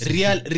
Real